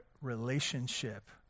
relationship